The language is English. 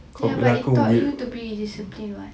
ya but it taught you to be discipline [what]